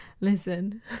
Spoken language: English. listen